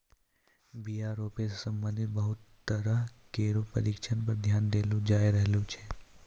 बीया रोपै सें संबंधित बहुते तरह केरो परशिक्षण पर ध्यान देलो जाय रहलो छै